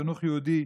חינוך יהודי,